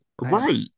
Right